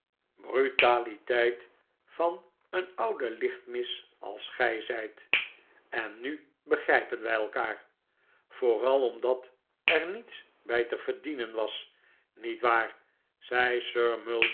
brutaliteit van een ouden lichtmis als gij zijt en nu begrijpen wij elkaar vooral omdat er niets bij te verdienen was niet waar zei